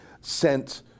sent